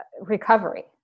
recovery